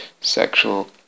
sexual